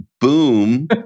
Boom